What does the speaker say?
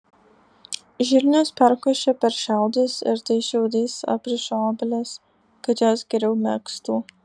žirnius perkošia per šiaudus ir tais šiaudais apriša obelis kad jos geriau megztų